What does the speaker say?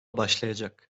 başlayacak